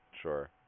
Sure